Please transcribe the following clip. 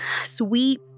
sweet